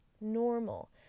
normal